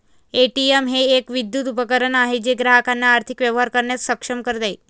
ATM हे एक विद्युत उपकरण आहे जे ग्राहकांना आर्थिक व्यवहार करण्यास सक्षम करते